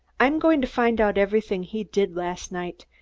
i'm going to find out everything he did last night.